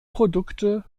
produkte